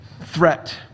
threat